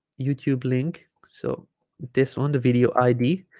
youtube link so this one the video id